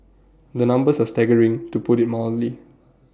the numbers are staggering to put IT mildly